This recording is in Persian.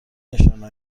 نشانه